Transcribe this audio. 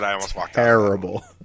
terrible